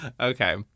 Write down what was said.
Okay